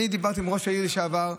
אני דיברתי עם ראש העיר לשעבר.